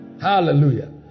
Hallelujah